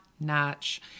notch